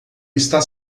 está